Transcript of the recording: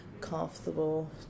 comfortable